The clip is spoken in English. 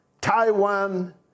Taiwan